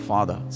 Father